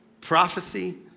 prophecy